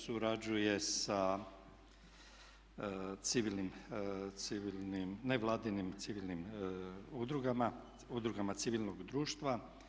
surađuje sa civilnim, nevladinim civilnim udrugama, udrugama civilnoga društva.